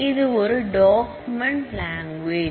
இது ஒரு document language